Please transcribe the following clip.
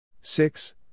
six